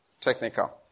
technical